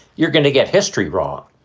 you're going to get history wrong.